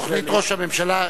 תוכנית ראש הממשלה,